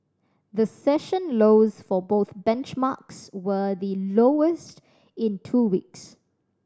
the session lows for both benchmarks were the lowest in two weeks